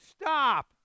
stop